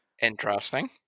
Interesting